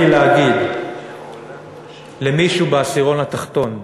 להגיד למישהו בעשירון התחתון,